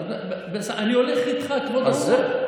אני הולך איתך, כבוד השר.